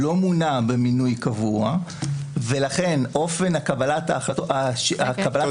לא מונה במינוי קבוע ולכן אופן קבלת ההחלטות